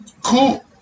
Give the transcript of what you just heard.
cool